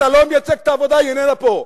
אתה לא מייצג את העבודה, היא איננה פה.